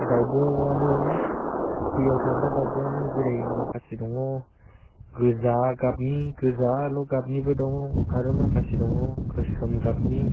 दावब'आनो दैयाव थाग्रा दावब'आनो जेरै माखासे दङ गोजा गाबनि गोजाल' गाबनिबो दङ आरो माखासे दङ गोसोम गाबनि